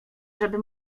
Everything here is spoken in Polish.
żeby